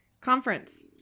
conference